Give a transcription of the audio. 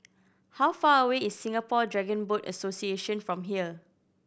how far away is Singapore Dragon Boat Association from here